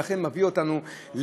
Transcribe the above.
ולכן זה מביא אותנו לחקיקה.